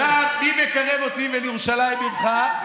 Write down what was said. עכשיו, מי מקרב אותי ל"ולירושלים עירך"?